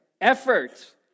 effort